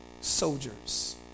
soldiers